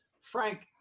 Frank